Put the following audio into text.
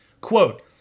Quote